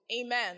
Amen